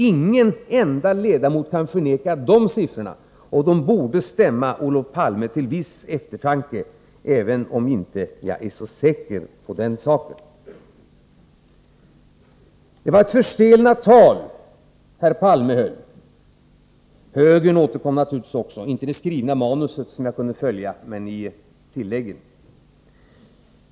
Ingen enda ledamot kan förneka de siffrorna, och det borde stämma Olof Palme till viss eftertanke — fast jag är inte så säker på den saken. Det var ett förstelnat tal som herr Palme höll. Högern återkom naturligtvis också — inte i det skrivna manuset, som jag kunde följa, men i tilläggen.